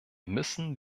müssen